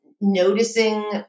noticing